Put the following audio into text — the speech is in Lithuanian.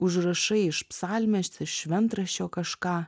užrašai iš psalmės šventraščio kažką